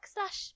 slash